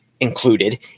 included